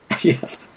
Yes